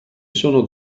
sono